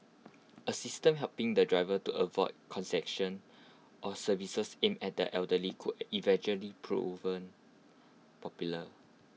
A system helping the driver to avoid or services aimed at the elderly could eventually proven popular